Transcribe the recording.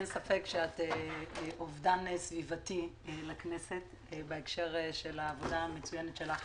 אין ספק שאת אובדן סביבתי לכנסת בהקשר של העבודה המצוינת שלך